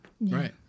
right